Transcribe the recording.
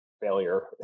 failure